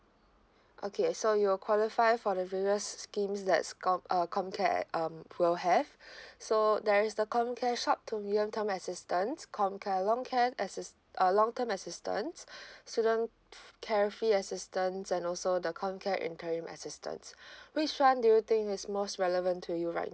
okay so you're qualify for the various schemes that's com uh comcare um will have so there is the comcare short to medium term assistance comcare long care assist uh long term assistance students care free assistance and also the comcare interim assistance which one do you think is most relevant to you right